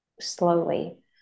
slowly